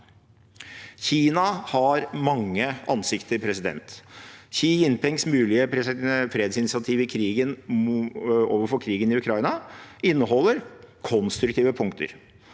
Kina har mange ansikter. Xi Jinpings mulige fredsinitiativ overfor krigen i Ukraina inneholder konstruktive punkter.